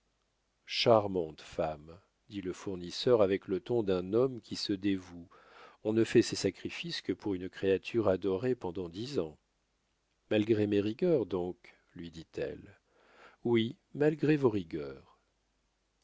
charmante femme dit le fournisseur avec le ton d'un homme qui se dévoue on ne fait ces sacrifices que pour une créature adorée pendant dix ans malgré mes rigueurs donc lui dit-elle oui malgré vos rigueurs